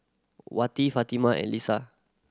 Wati Fatimah and Lisa